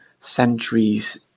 centuries